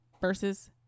versus